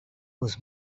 was